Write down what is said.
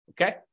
Okay